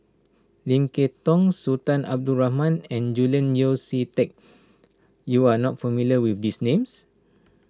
Lim Kay Tong Sultan Abdul Rahman and Julian Yeo See Teck you are not familiar with these names